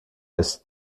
ist